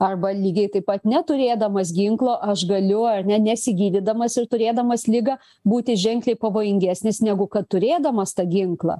arba lygiai taip pat neturėdamas ginklo aš galiu ar ne nesigydydamas ir turėdamas ligą būti ženkliai pavojingesnis negu kad turėdamas tą ginklą